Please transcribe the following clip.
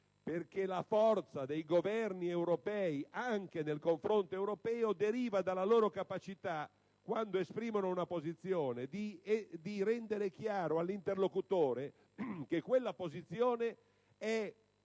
perché la forza dei Governi europei, anche nel confronto europeo, deriva dalla loro capacità, quando esprimono una posizione, di rendere chiaro all'interlocutore che quella posizione è